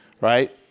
right